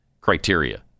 criteria